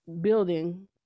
building